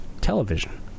television